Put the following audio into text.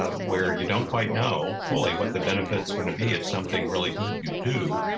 ah where you don't quite know fully what the benefit is gonna be if something really good you do.